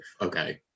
Okay